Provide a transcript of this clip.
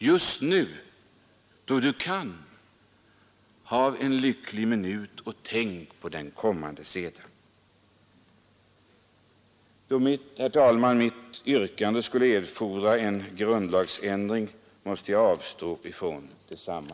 Just nu, då du kan, hav en lycklig minut, och tänk på den kommande sedan.” Herr talman! Då ett bifall till mitt tänkta yrkande skulle erfordra grundlagsändring, måste jag avstå från detsamma.